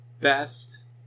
best